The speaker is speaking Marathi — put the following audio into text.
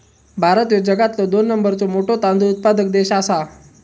भारत ह्यो जगातलो दोन नंबरचो मोठो तांदूळ उत्पादक देश आसा